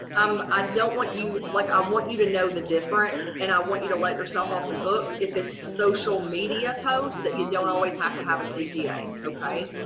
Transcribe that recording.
um i don't want you like i want you to know the difference and i want you to let yourself off the hook. if it's social media post that you don't always have to have a cta, okay?